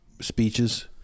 speeches